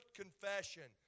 confession